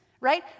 right